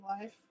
life